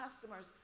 customers